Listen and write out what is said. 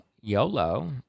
YOLO